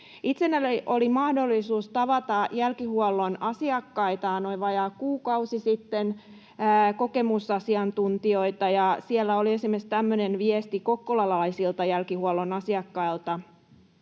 Itselläni oli mahdollisuus tavata jälkihuollon asiakkaita noin vajaa kuukausi sitten, kokemusasiantuntijoita. Siellä oli esimerkiksi tämmöinen viesti kokkolalaisilta jälkihuollon asiakkailta: